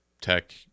tech